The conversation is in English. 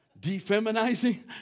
Defeminizing